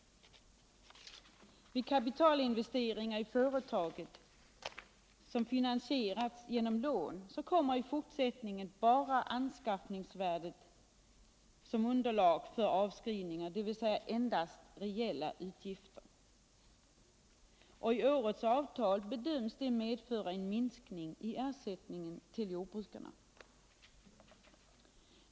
För de kapitalinvesteringar i företaget som finansierats genom lån kommer i fortsättningen bara anskaffningsvärdet i fråga som underlag för avskrivningar, dvs. endast reella utgifter. I årets avtal bedöms det medföra en minskning i ersättningen till jordbrukarna.